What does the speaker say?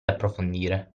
approfondire